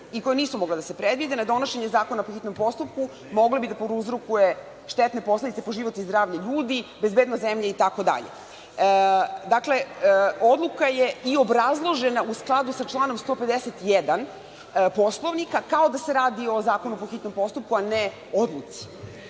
i koje nisu mogle da se predvide, na donošenje zakona po hitnom postupku mogle bi da prouzrokuju štetne posledice po život i zdravlje ljudi, bezbednost zemlje itd. Dakle, odluka je i obrazložena u skladu sa članom 151. Poslovnika, kao da se radi o zakonu po hitnom postupku, a ne odluci.